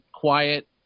quiet